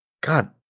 God